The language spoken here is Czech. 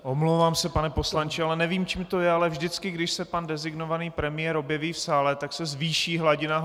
Omlouvám se, pane poslanče, nevím, čím to je, ale vždycky když se pan designovaný premiér objeví v sále, tak se zvýší hladina hluku.